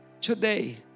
today